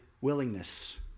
Willingness